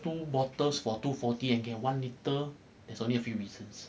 two bottles for two forty and get one litre there's only a few reasons